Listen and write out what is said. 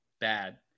bad